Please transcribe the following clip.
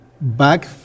Back